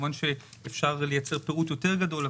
כמובן שאפשר לייצר פירוט יותר גדול,